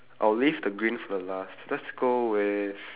I'll leave the green for the last let's go with